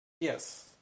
yes